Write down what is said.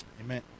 Amen